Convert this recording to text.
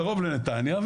קרוב לנתניה,